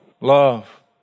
Love